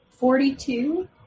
Forty-two